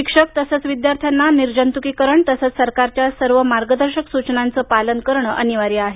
शिक्षक तसंच विद्यार्थ्यांना निर्जंतुकीकरण तसंच सरकारच्या सर्व मार्गदर्शक सूचनांचं पालन करणं अनिवार्य आहे